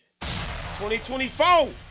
2024